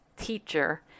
Teacher